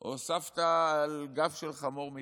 או סבתא על גב של חמור מתימן,